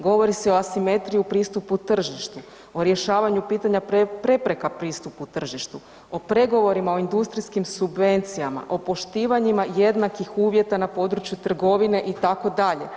Govori se o asimetriji u pristupu tržištu, o rješavanju pitanja prepreka pristupu tržištu, o pregovorima o industrijskim subvencijama, o poštivanjima jednakih uvjeta na području trgovine itd.